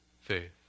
faith